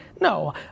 No